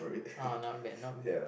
uh not bad not bad